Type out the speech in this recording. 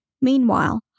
Meanwhile